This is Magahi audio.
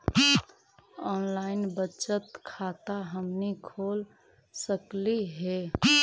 ऑनलाइन बचत खाता हमनी खोल सकली हे?